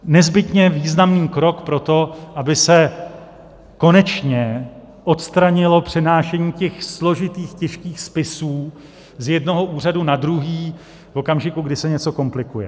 Nezbytně významný krok pro to, aby se konečně odstranilo přenášení těch složitých těžkých spisů z jednoho úřadu na druhý v okamžiku, kdy se něco komplikuje.